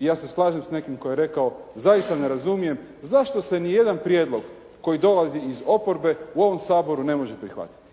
I ja se slažem s nekim tko je rekao, zaista ne razumijem zašto se ni jedan prijedlog koji dolazi iz oporbe, u ovom Saboru ne može prihvatiti.